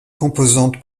composante